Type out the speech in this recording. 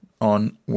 on